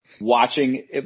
watching